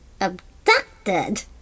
Abducted